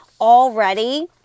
already